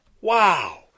Wow